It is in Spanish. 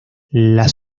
las